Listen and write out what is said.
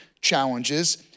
challenges